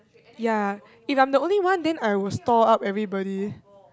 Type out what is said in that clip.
ya if I'm the only one then I will stall up everybody